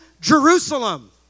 Jerusalem